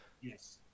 Yes